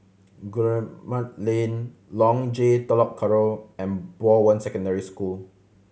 Guillemard Lane Long J Telok Kurau and Bowen Secondary School